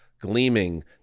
gleaming